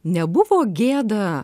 nebuvo gėda